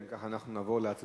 אם כך, אנחנו נעבור להצבעה.